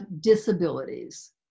disabilities